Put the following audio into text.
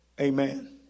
Amen